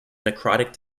necrotic